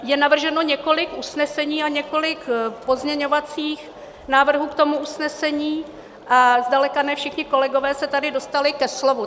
Je navrženo několik usnesení a několik pozměňovacích návrhů k tomu usnesení a zdaleka ne všichni kolegové se tady dostali ke slovu.